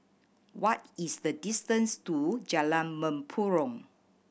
what is the distance to Jalan Mempurong